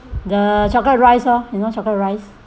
the chocolate rice lor you know chocolate rice